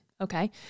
okay